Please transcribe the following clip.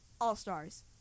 All-Stars